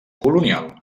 colonial